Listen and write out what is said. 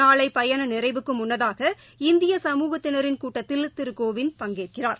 நாளை பயண நிறைவுக்கு முன்னதாக இந்திய சமூகத்தினாின் கூட்டத்தில் திரு கோவிந்த் பங்கேற்பார்